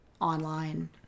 online